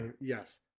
yes